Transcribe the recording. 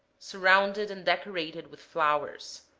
surrounded and decorated with flowers.